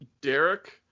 Derek